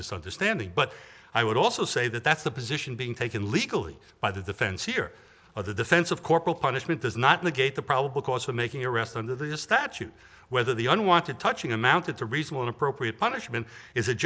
misunderstanding but i would also say that that's the position being taken legally by the defense here or the defense of corporal punishment does not negate the probable cause for making an arrest under this statute whether the unwanted touching amounted to reasonable appropriate punishment is a